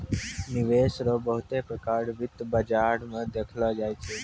निवेश रो बहुते प्रकार वित्त बाजार मे देखलो जाय छै